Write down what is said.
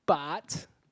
but